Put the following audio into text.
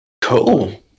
Cool